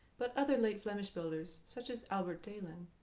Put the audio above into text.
but other late flemish builders, such as albert delin,